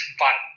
fun